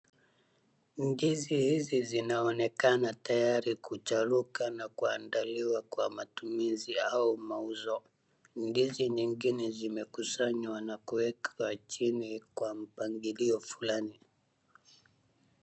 Ndizi hizi zinaonekana tayari kucharuka na kuandaliwa kwa matumizi au mauzo. Ndizi nyingine zimekusanywa nakuwekwa chini kwa mpangilio fulani.